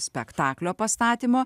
spektaklio pastatymo